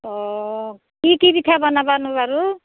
অ কি কি পিঠা বনাবানো বাৰু